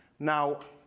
now,